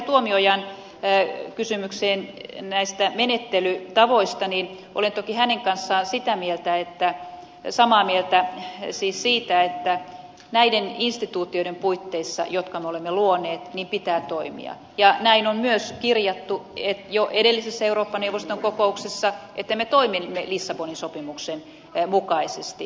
tuomiojan kysymykseen menettelytavoista niin olen toki hänen kanssaan samaa mieltä siitä että näiden instituutioiden puitteissa jotka me olemme luoneet pitää toimia ja näin on myös kirjattu jo edellisessä eurooppa neuvoston kokouksessa että me toimimme lissabonin sopimuksen mukaisesti